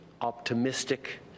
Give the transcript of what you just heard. optimistic